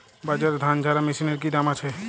বাজারে ধান ঝারা মেশিনের কি দাম আছে?